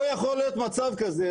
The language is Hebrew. לא יכול להיות מצב כזה,